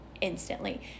instantly